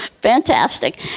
Fantastic